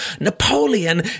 Napoleon